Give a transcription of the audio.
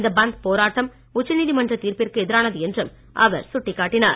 இந்த பந்த் போராட்டம் உச்சநீதிமன்றத் தீர்ப்பிற்கு எதிரானது என்றும் அவர் சுட்டிக் காட்டினார்